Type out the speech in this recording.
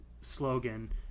slogan